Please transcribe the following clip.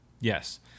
Yes